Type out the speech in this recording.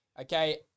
okay